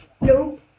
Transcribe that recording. Nope